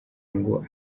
ngo